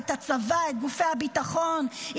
הצבא וגופי הביטחון,